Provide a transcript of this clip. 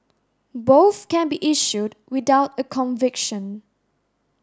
both can be issued without a conviction